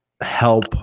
help